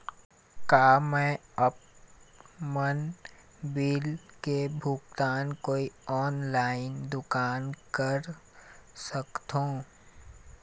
का मैं आपमन बिल के भुगतान कोई ऑनलाइन दुकान कर सकथों?